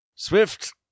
Swift